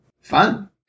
fun